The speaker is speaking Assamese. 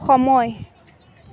সময়